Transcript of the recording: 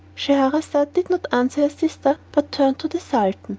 scheherazade did not answer her sister, but turned to the sultan.